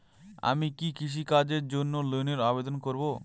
আমি কি কৃষিকাজের জন্য লোনের আবেদন করব?